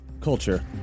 culture